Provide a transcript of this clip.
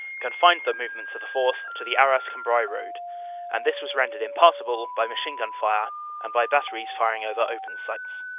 confined the movements of the force to the arras-cambrai road and this was rendered impassable by machine-gun fire and by bat teries firing over open sights.